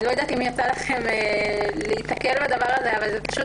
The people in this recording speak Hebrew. אני לא יודעת אם יצא לכם להיתקל בדבר הזה אבל זה פשוט